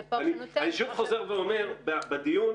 אני שוב חוזר ואומר, בדיון